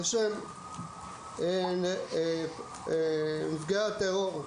בשם נפגעי הטרור,